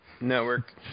network